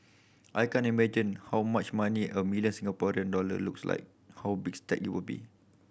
I can't imagine how much money a million Singaporean dollar looks like how big a stack it will be